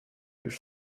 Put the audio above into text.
już